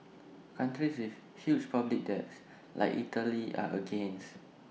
countries with huge public debts like Italy are against